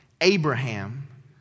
Abraham